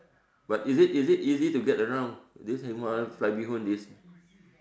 but is it is it easy to get around this heng hua fried bee-hoon this